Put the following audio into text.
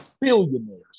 Billionaires